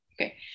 okay